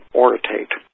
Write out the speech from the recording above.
orotate